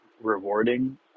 Rewarding